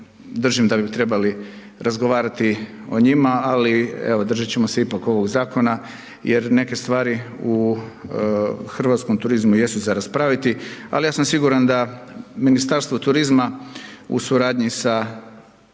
držim da bi trebali razgovarati o njima, ali evo držat ćemo se ipak ovog zakona jer neke stvari u hrvatskom turizmu jesu za raspraviti, ali ja sam siguran da Ministarstvo turizma u suradnji sa drugim